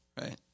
Right